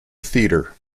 theater